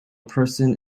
person